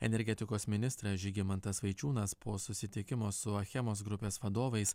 energetikos ministras žygimantas vaičiūnas po susitikimo su achemos grupės vadovais